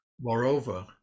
Moreover